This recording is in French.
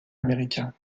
américains